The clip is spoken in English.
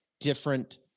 different